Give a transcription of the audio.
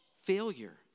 failure